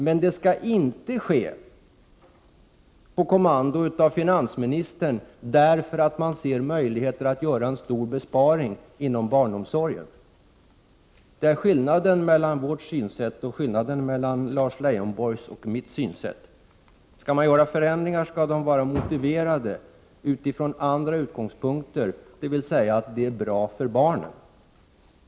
Men det skall inte ske på kommando av finansministern, därför att man ser möjligheter att göra en stor besparing inom barnomsorgen. Här ligger skillnaden mellan Lars Leijonborgs och mitt synsätt. Om man skall göra förändringar, skall de vara motiverade med utgångspunkt i vad som är bra för barnen.